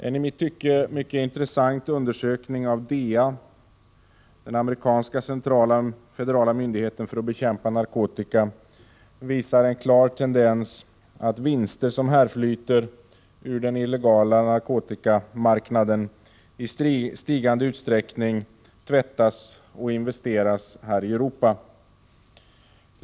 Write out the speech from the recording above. En i mitt tycke mycket intressant undersökning av DEA, den amerikanska centrala federala myndigheten för att bekämpa narkotika, visar en klar tendens till att de vinster som härflyter ur den illegala narkotikamarknaden i stigande utsträckning tvättas och investeras i Europa.